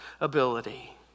ability